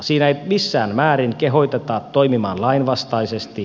siinä ei missään määrin kehoteta toimimaan lainvastaisesti